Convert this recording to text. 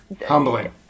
humbling